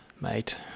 mate